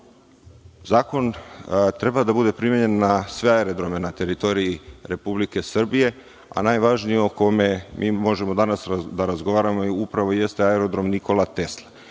treba da bude primenjen na sve aerodrome na teritoriji Republike Srbije, a najvažnije o kome mi možemo danas da razgovaramo upravo jeste Aerodrom „Nikola